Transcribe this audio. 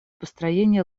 построения